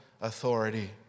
authority